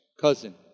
cousin